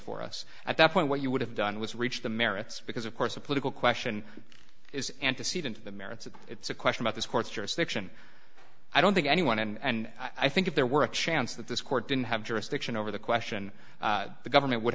for us at that point what you would have done was reached the merits because of course a political question is antecedent to the merits of it's a question about this court's jurisdiction i don't think anyone and i think if there were a chance that this court didn't have jurisdiction over the question the government would